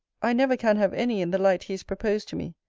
i never can have any in the light he is proposed to me.